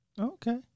Okay